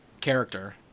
character